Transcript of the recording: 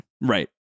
Right